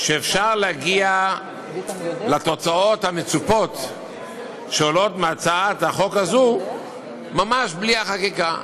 שאפשר להגיע לתוצאות המצופות שעולות מהצעת החוק הזו ממש בלי החגיגה.